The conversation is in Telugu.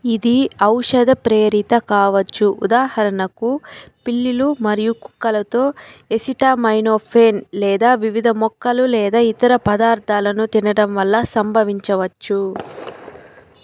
ఇది ఔషధ ప్రేరిత కావచ్చు ఉదాహరణకు పిల్లులు మరియు కుక్కలతో ఎసిటమైనోఫెన్ లేదా వివిధ మొక్కలు లేదా ఇతర పదార్ధాలను తినడం వల్ల సంభవించవచ్చు